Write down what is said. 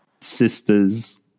sisters